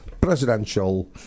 presidential